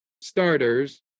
starters